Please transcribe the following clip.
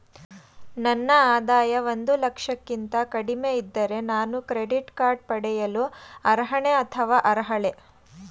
ನನ್ನ ಆದಾಯ ಒಂದು ಲಕ್ಷಕ್ಕಿಂತ ಕಡಿಮೆ ಇದ್ದರೆ ನಾನು ಕ್ರೆಡಿಟ್ ಕಾರ್ಡ್ ಪಡೆಯಲು ಅರ್ಹನೇ ಅಥವಾ ಅರ್ಹಳೆ?